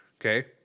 okay